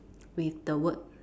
with the word